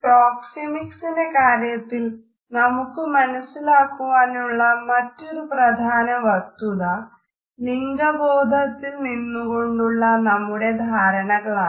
പ്രോക്സെമിക്സിന്റെ കാര്യത്തിൽ നമുക്ക് മനസ്സിലാക്കാനുള്ള മറ്റൊരു പ്രധാന വസ്തുത ലിംഗബോധത്തിൽ നിന്നു കൊണ്ടുള്ള നമ്മുടെ ധാരണകളാണ്